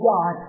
God